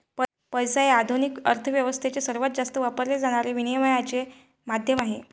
पैसा हे आधुनिक अर्थ व्यवस्थेत सर्वात जास्त वापरले जाणारे विनिमयाचे माध्यम आहे